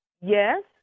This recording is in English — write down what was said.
Yes